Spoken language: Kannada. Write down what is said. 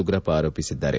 ಉಗ್ರಪ್ಪ ಆರೋಪಿಸಿದ್ದಾರೆ